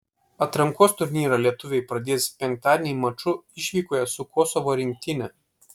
atrankos turnyrą lietuviai pradės penktadienį maču išvykoje su kosovo rinktine